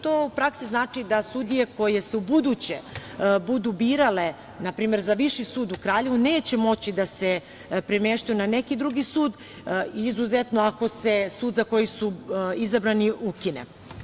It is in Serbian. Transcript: To u praksi znači da sudije koje se ubuduće budu birale, na primer za Viši sud u Kraljevu neće moći da se premeštaju na neki drugi sud, izuzetno ako se sud za koji su izabrani ukine.